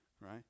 right